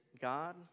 God